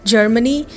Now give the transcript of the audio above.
Germany